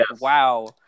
Wow